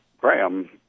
Graham